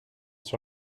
sur